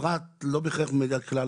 והפרט לא בהכרח מעיד על הכלל.